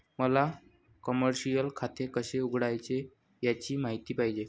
मला कमर्शिअल खाते कसे उघडायचे याची माहिती पाहिजे